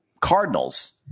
Cardinals